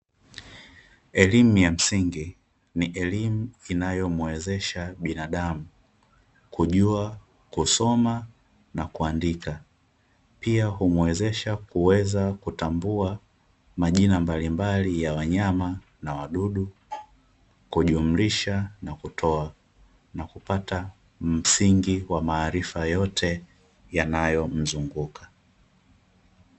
Elimu ya msingi ni elimu inayomuwezesha binadamu kujua kusoma na kuandika. Pia humuwezesha kutambua majina mbalimbali ya wanyama na wadudu, kujumlisha na kutoa na kupata msingi wa maarifa yote yanayomzunguka.